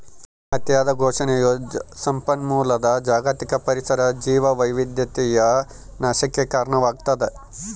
ಅತಿಯಾದ ಶೋಷಣೆಯು ಸಂಪನ್ಮೂಲದ ಜಾಗತಿಕ ಪರಿಸರ ಜೀವವೈವಿಧ್ಯತೆಯ ನಾಶಕ್ಕೆ ಕಾರಣವಾಗ್ತದ